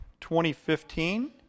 2015